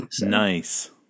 Nice